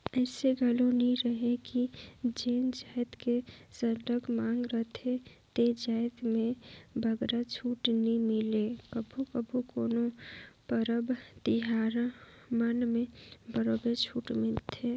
अइसे घलो नी रहें कि जेन जाएत के सरलग मांग रहथे ते जाएत में बगरा छूट नी मिले कभू कभू कोनो परब तिहार मन म बरोबर छूट मिलथे